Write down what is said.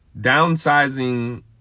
Downsizing